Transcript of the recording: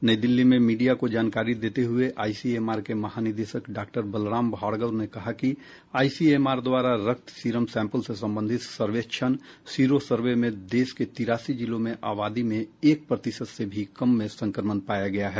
नई दिल्ली में मीडिया को जानकारी देते हुए आईसीएमआर के महानिदेशक डॉ बलराम भार्गव ने कहा कि आईसीएमआर द्वारा रक्त सीरम सैंपल से संबंधित सर्वेक्षण सीरो सर्वे में देश को तिरासी जिलों में आबादी में एक प्रतिशत से भी कम में संक्रमण पाया गया है